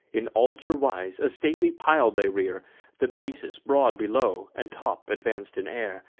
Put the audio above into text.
in altar-wise, a stately pile they rear the basis broad below, and top advanc'd in air.